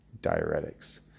diuretics